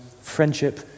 friendship